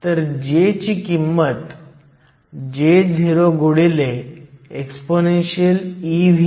तर आता तुमच्याकडे डायोड फॉरवर्ड बायस्ड करण्यासाठी एक्स्टर्नल पोटेन्शियल V हे 0